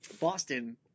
Boston